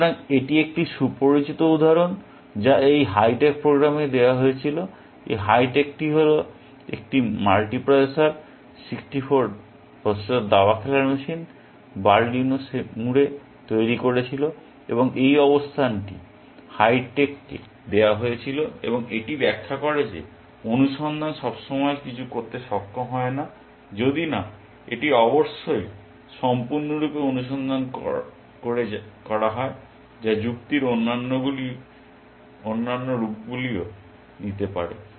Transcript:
সুতরাং এটি একটি সুপরিচিত উদাহরণ যা এই হাই টেক প্রোগ্রামে দেওয়া হয়েছিল এই হাই টেকটি ছিল একটি মাল্টি প্রসেসর 64 প্রসেসর দাবা খেলার মেশিন বার্লিনো সেমুরে তৈরি করেছিল এবং এই অবস্থানটি হাই টেককে দেওয়া হয়েছিল এবং এটি ব্যাখ্যা করে যে অনুসন্ধান সবসময় কিছু করতে সক্ষম হয় না যদি না এটি অবশ্যই সম্পূর্ণ রূপে অনুসন্ধান করা হয় যা যুক্তির অন্যান্য রূপগুলি করতে পারে